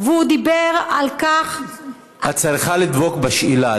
הוא דיבר על כך --- את צריכה לדבוק בשאלה,